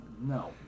No